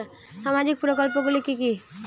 সামাজিক প্রকল্প গুলি কি কি?